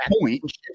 point